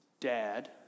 dad